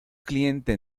cliente